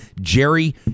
Jerry